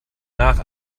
nach